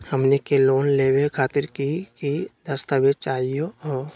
हमनी के लोन लेवे खातीर की की दस्तावेज चाहीयो हो?